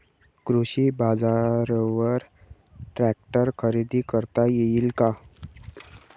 कृषी बाजारवर ट्रॅक्टर खरेदी करता येईल का?